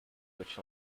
which